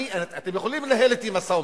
אתם יכולים לנהל אתי משא-ומתן,